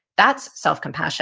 that's self-compassion